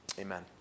Amen